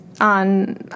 on